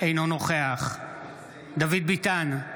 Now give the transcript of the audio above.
אינו נוכח דוד ביטן,